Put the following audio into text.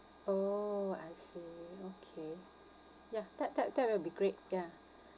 oh I see okay ya that that that will be great ya